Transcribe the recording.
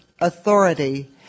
authority